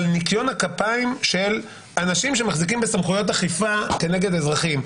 היא על ניקיון הכפיים של אנשים שמחזיקים בסמכויות אכיפה כנגד אזרחים.